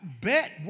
bet